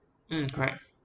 mm correct